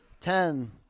Ten